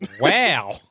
Wow